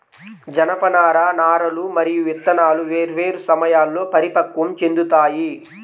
జనపనార నారలు మరియు విత్తనాలు వేర్వేరు సమయాల్లో పరిపక్వం చెందుతాయి